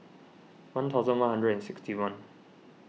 one thousand one hundred and sixty one